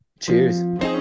Cheers